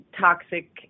toxic